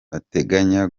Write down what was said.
bateganya